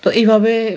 তো এইভাবে